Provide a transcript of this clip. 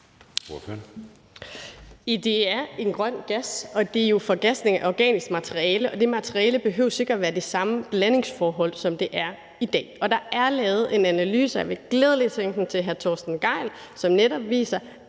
det er en grøn gas; det er jo forgasning af organisk materiale, og det materiale behøver ikke at være det samme blandingsforhold, som det er i dag. Der er lavet en analyse – og jeg vil gladelig sende den til hr. Torsten Gejl – som netop viser,